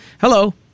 Hello